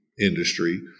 industry